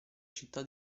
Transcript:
città